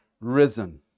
risen